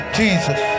jesus